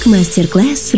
Masterclass